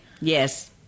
yes